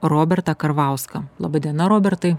robertą karvauską laba diena robertai